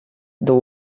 the